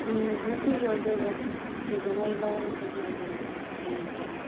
ꯎꯝ ꯉꯁꯤꯒꯤ ꯑꯣꯏꯗꯣꯏꯔꯣ ꯀꯩꯗꯧꯉꯩ ꯂꯧꯕꯒꯤ ꯑꯣꯏꯗꯣꯏꯅꯣ ꯍꯌꯦꯡꯒꯤ